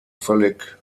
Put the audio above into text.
völlig